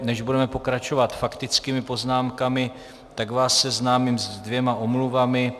Než budeme pokračovat faktickými poznámkami, tak vás seznámím se dvěma omluvami.